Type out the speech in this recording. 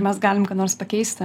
mes galim ką nors pakeisti